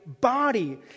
body